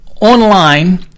online